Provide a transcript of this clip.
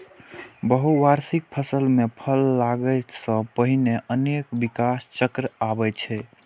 बहुवार्षिक फसल मे फल लागै सं पहिने अनेक विकास चक्र आबै छै